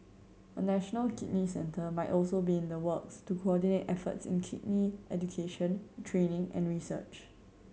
a national kidney centre might also be in the works to coordinate efforts in kidney education training and research